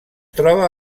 troba